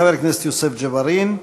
חבר הכנסת יוסף ג'בארין,